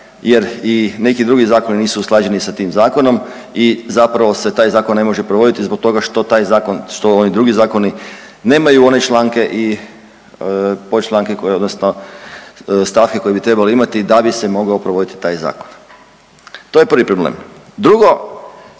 jer i neki drugi zakoni nisu usklađeni sa tim zakonom i zapravo se taj zakon ne može provoditi zbog toga što taj zakon, što oni drugi zakoni nemaju one članke i ove članke koje odnosno stavke koje bi trebali imati da bi se mogao provoditi taj zakon, to je prvi problem. Drugo,